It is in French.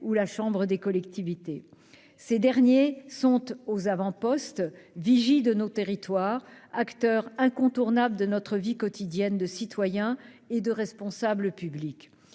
ou la chambre des collectivités. Les maires sont aux avant-postes, vigies de nos territoires, acteurs incontournables de notre vie quotidienne de citoyens et de responsables publics.